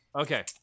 Okay